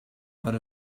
out